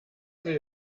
sie